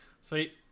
Sweet